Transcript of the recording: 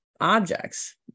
objects